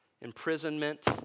imprisonment